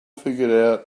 figured